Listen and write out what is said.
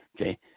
okay